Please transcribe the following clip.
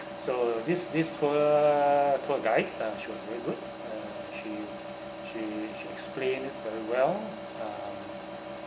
so this this tour tour guide uh she was very good uh she she she explain very well um